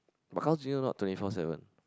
but Carls Junior not really twenty four seven